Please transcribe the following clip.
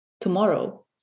tomorrow